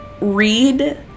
read